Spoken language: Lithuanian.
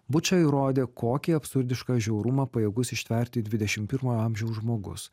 buča įrodė kokį absurdišką žiaurumą pajėgus ištverti dvidešim pirmojo amžiaus žmogus